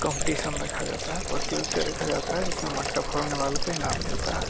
competition रखा जाता है प्रतियोगिता रखा जाता है जिसमें मटका फोड़ने वालो को इनाम मिलता है